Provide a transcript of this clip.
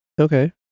Okay